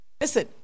listen